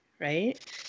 right